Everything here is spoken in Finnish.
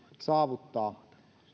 saavuttaa